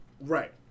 Right